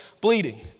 bleeding